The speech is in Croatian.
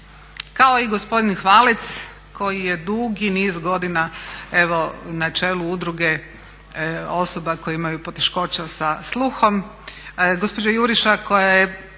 kao i gospodin Hvalec koji je dugi niz godina na čelu Udruge osoba koje imaju poteškoća sa sluhom. Gospođa Juriša koja je